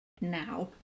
now